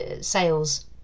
sales